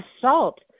assault